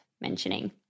mentioning